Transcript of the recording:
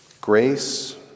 grace